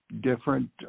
different